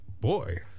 Boy